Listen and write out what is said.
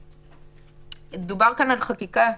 דובר פה על חקיקה.